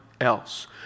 else